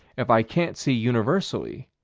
if i can't see universally,